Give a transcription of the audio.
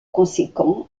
conséquent